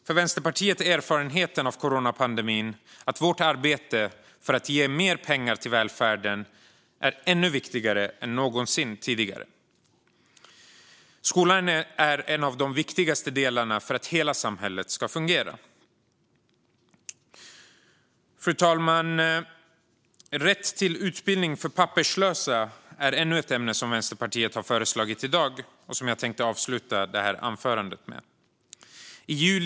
För Vänsterpartiet är erfarenheten av coronapandemin att vårt arbete för mer pengar till välfärden är viktigare än någonsin. Skolan är en av de viktigaste delarna för att hela samhället ska fungera. Fru talman! Rätt till utbildning för papperslösa är ännu ett ämne som Vänsterpartiet har tagit upp i dagens betänkande, och jag tänkte avsluta mitt anförande med detta ämne.